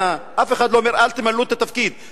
אף אחד לא אומר: אל תמלאו את התפקיד.